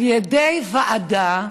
על ידי ועדה,